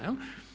Jel'